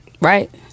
right